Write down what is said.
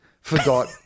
forgot